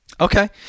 okay